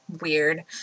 weird